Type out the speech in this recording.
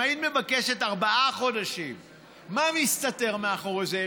אם היית מבקשת ארבעה חודשים, מה מסתתר מאחורי זה?